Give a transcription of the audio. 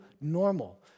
normal